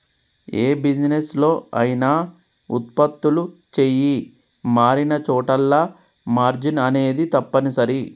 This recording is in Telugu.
యే బిజినెస్ లో అయినా వుత్పత్తులు చెయ్యి మారినచోటల్లా మార్జిన్ అనేది తప్పనిసరి